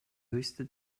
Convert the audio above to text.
höchste